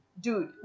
dude